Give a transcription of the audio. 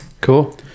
cool